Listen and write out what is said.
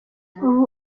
ubu